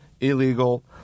illegal